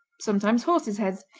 sometimes horses' heads,